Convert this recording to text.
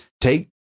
Take